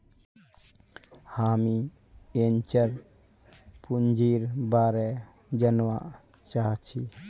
हामीं वेंचर पूंजीर बारे जनवा चाहछी